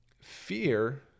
fear